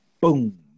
Boom